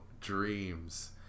dreams